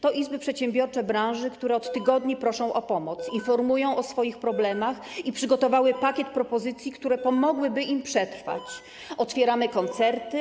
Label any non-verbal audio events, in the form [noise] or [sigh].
To izby przedsiębiorcze branży, które od tygodni [noise] proszą o pomoc, informują o swoich problemach i przygotowały pakiet propozycji, które pomogłyby im przetrwać - „Otwieramy koncerty”